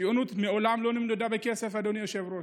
ציונות מעולם לא נמדדה בכסף, אדוני היושב-ראש.